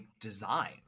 design